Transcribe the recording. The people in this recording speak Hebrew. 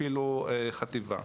אפילו חטיבה.